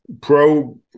pro